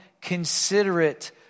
considerate